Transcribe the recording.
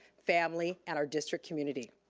family, and our district community.